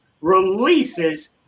releases